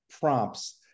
prompts